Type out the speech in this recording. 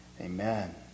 Amen